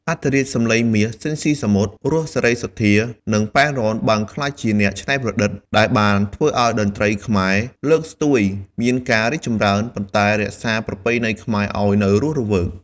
អធិរាជសំឡេងមាស ស៊ីន ស៊ីសាមុត, រស់ សេរីសុទ្ធា និងប៉ែន រ៉ន បានក្លាយជាអ្នកច្នៃប្រឌិត ដែលបានធ្វើឲ្យតន្ត្រីខ្មែរ លើកស្ទួយមានការរីចម្រើន ប៉ុន្តែរក្សាប្រពៃណីខ្មែរឲ្យនៅរស់រវើក។